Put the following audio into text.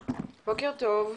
בוקר טוב.